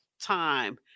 time